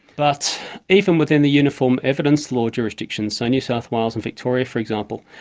but even within the uniform evidence law jurisdiction, so new south wales and victoria for example,